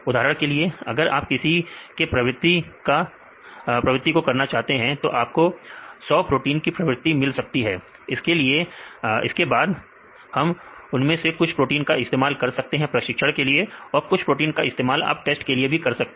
उदाहरण के लिए अगर आप किसी के प्रवृत्ति की करना कर रहे हैं तो आपको 100 प्रोटीन की प्रवृत्ति मिल सकती है इसके बाद हम उनमें से कुछ प्रोटीन का इस्तेमाल कर सकते हैं प्रशिक्षण के लिए और कुछ प्रोटीन का इस्तेमाल आप टेस्ट के लिए भी कर सकते हैं